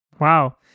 wow